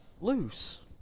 loose